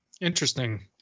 Interesting